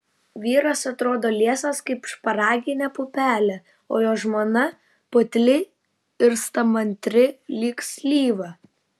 vyras atrodo liesas kaip šparaginė pupelė o jo žmona putli ir stamantri lyg slyva